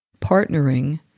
partnering